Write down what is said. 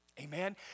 Amen